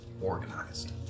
organized